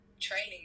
training